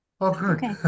Okay